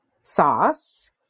sauce